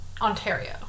Ontario